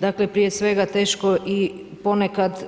Dakle, prije svega, teško i ponekad